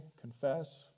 confess